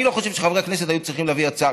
אני לא חושב שחברי הכנסת היו צריכים להביא הצעה,